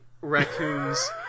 raccoons